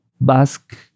Basque